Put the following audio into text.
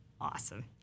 awesome